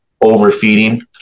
overfeeding